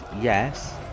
yes